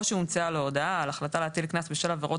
או שהומצאה לו הודעה על החלטה להטיל קנס בשל עבירת